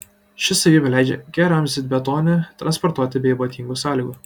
ši savybė leidžia keramzitbetonį transportuoti be ypatingų sąlygų